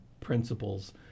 principles